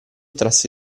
trasse